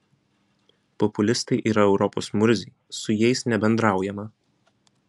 populistai yra europos murziai su jais nebendraujama